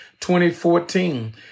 2014